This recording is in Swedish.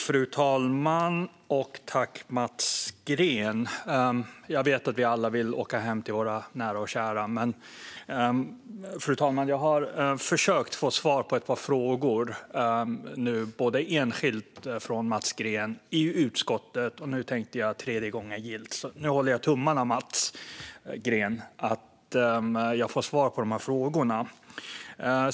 Fru talman! Jag vet att vi alla vill åka hem till våra nära och kära. Men jag har försökt få svar från Mats Green på ett par frågor, både enskilt och i utskottet. Nu tänker jag att det är tredje gången gillt och håller tummarna för att jag får svar på frågorna.